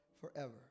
forever